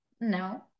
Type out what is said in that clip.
no